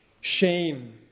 shame